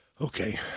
Okay